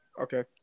Okay